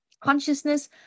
consciousness